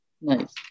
nice